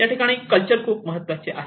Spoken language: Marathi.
या ठिकाणी कल्चर खूप महत्त्वाचे आहे